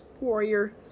warrior